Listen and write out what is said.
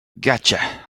gotcha